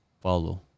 follow